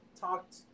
talked